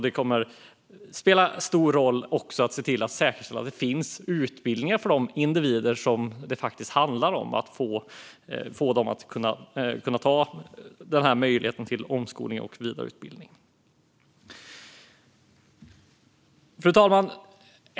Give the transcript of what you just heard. Det kommer också att spela stor roll att säkerställa att det finns utbildningar för de individer som det faktiskt handlar om så att de får och kan ta den här möjligheten till omskolning och vidareutbildning. Fru talman!